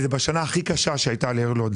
וזה קורה בשנה הכי קשה שהייתה לעיר לוד,